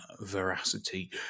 veracity